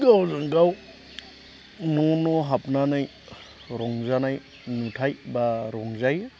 गावजों गाव न'न' हाबनानै रंजानाय नुथाय एबा रंजायो